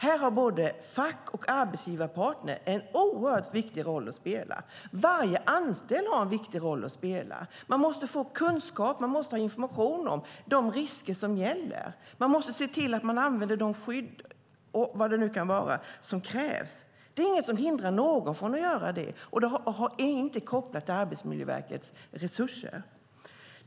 Här har både facket och arbetsgivaren en oerhört viktig roll att spela, och varje anställd har en viktig roll att spela. Man måste få kunskap och information om de risker som gäller, och man måste se till att man använder de skydd och vad det nu kan vara som krävs. Det är ingen som hindrar någon från att göra det, och det är inte kopplat till Arbetsmiljöverkets resurser.